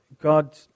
God